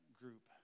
group